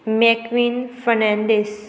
Macquin Fernandes